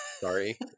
Sorry